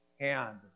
hand